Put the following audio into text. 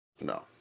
No